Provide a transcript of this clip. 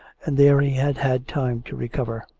and there he had had time to recover.